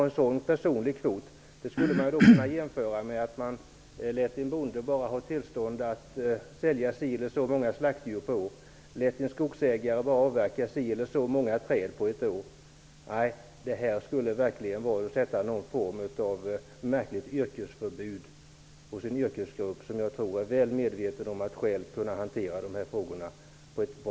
En personlig kvot kan jämföras med att en bonde får tillstånd att sälja si och så många slaktdjur eller en skogsägare får bara avverka si och så många träd per år. Det är fråga om någon form av yrkesförbud för en yrkesgrupp som mycket väl kan hantera dessa frågor.